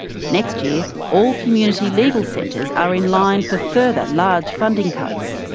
next year, all community legal centres are in line for further large funding cuts.